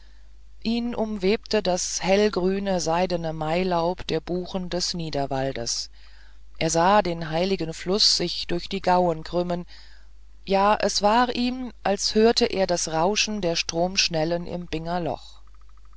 ihn umwebte das hellgrüne seidene mailaub der buchen des niederwaldes er sah den heiligen fluß sich durch die gauen krümmen ja es war ihm als hörte er das rauschen der stromschnellen im